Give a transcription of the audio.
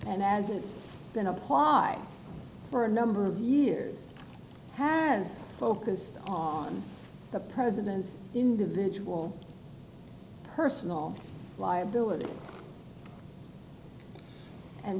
and as it's been apply for a number of years has focused on the president's individual personal liability and